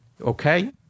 okay